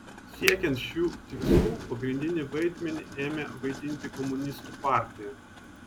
siekiant šių tikslų pagrindinį vaidmenį ėmė vaidinti komunistų partija